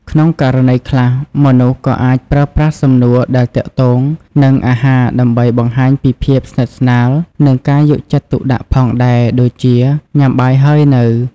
ក្នុងករណីខ្លះ មនុស្សក៏អាចប្រើប្រាស់សំណួរដែលទាក់ទងនឹងអាហារដើម្បីបង្ហាញពីភាពស្និទ្ធស្នាលនិងការយកចិត្តទុកដាក់ផងដែរ ដូចជា “ញ៉ាំបាយហើយនៅ?”។